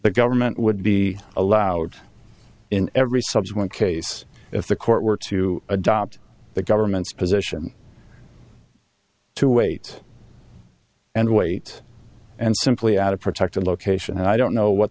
the government would be allowed in every subsequent case if the court were to adopt the government's position to wait and wait and simply out of protected location and i don't know what